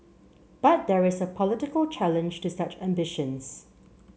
but there is a political challenge to such ambitions